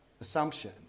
assumption